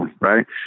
right